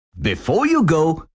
before you go,